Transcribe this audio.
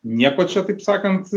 nieko čia taip sakant